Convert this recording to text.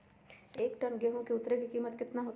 एक टन गेंहू के उतरे के कीमत कितना होतई?